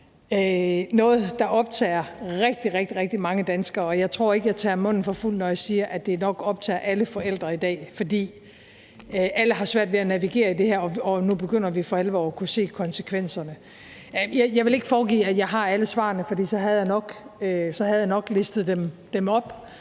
noget, der optager rigtig, rigtig mange danskere, og jeg tror ikke, at jeg tager munden for fuld, når jeg siger, at det nok optager alle forældre i dag. For alle har svært ved at navigere i det her, og nu begynder vi for alvor at kunne se konsekvenserne. Jeg vil ikke foregive, at jeg har alle svarene, for så havde jeg nok listet dem op.